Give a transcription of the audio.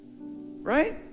Right